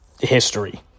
history